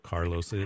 Carlos